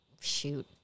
shoot